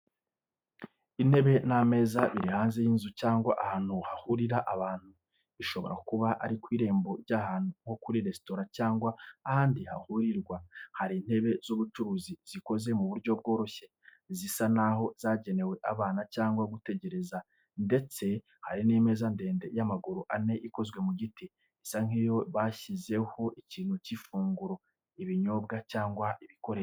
Intebe n’ameza biri hanze y’inzu cyangwa ahantu hahurira abantu, bishobora kuba ari ku irembo ry’ahantu nko muri resitora cyangwa ahandi hahurirwa. Hari intebe z’ubururu zikoze mu buryo bworoshye, zisa naho zagenewe abana cyangwa gutegereza, ndetse hari n'imeza ndende y’amaguru ane ikozwe mu giti, isa nk’iyo bashyiraho ibintu nk’ifunguro, ibinyobwa cyangwa ibikoresho.